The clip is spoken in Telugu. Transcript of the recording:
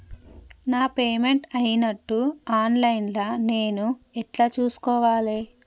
నా పేమెంట్ అయినట్టు ఆన్ లైన్ లా నేను ఎట్ల చూస్కోవాలే?